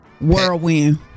whirlwind